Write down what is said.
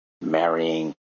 marrying